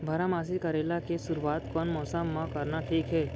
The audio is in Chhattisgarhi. बारामासी करेला के शुरुवात कोन मौसम मा करना ठीक हे?